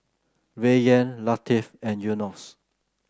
Rayyan Latif and Yunos